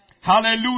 Hallelujah